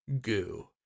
goo